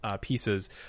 pieces